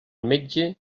metge